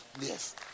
Yes